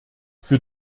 für